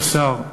כבוד השר,